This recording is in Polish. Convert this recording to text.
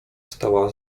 stała